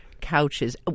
couches